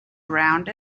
around